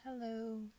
Hello